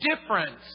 difference